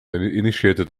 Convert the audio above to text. initiated